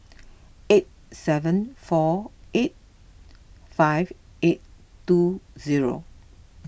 eight seven four eight five eight two zero